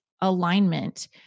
alignment